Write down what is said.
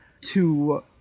to-